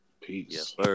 Peace